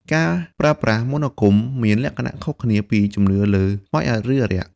ការប្រើប្រាស់មន្តអាគមមានលក្ខណៈខុសគ្នាពីជំនឿលើខ្មោចឬអារក្ស។